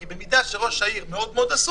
כי במידה שראש העיר מאוד מאוד עסוק,